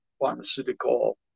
pharmaceutical